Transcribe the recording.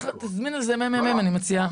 תזמין על זה ממ"מ, אני מציעה.